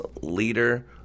leader